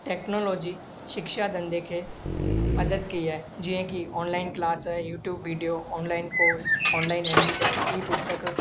technology शिक्षा धंधे खे मदद कई आहे जीअं की online class YouTube video online course online admission e पुस्तक